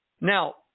Now